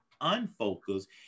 unfocused